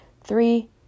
Three